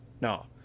No